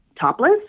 topless